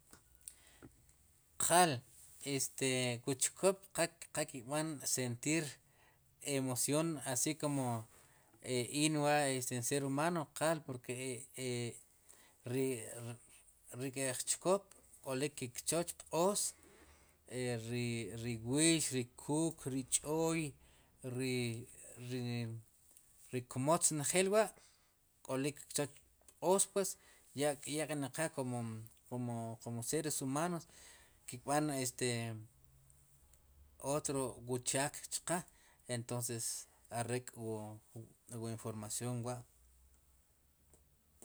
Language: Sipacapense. Qal este wu chkop qal qalkb'an sentir emoción si com inwa in ser humano qa porque e ri ri kej chkop k'olik ke kchooch pq'oos ri wiix ri, kuuk, ri ch'ooy ri ri kmatz njel wa'k'olik kchoch pq'oos pues ya, yak'neqe kum kum seres humanos ki kb'an este otro wu chaak chqe entonces arek'wu información wa'.